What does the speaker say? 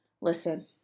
Listen